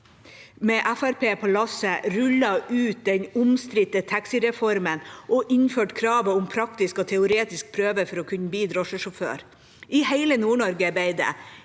på lasset, rullet ut den omstridte taxireformen og innførte kravet om praktisk og teoretisk prøve for å kunne bli drosjesjåfør. I hele Nord-Norge ble det,